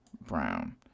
Brown